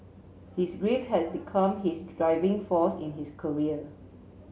his grief had become his driving force in his career